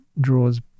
draws